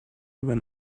when